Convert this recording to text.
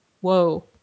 whoa